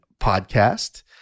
Podcast